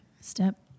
step